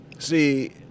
See